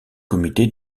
comité